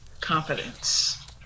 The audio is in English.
Confidence